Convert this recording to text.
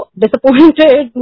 disappointed